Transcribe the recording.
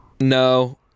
No